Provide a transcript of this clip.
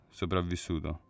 sopravvissuto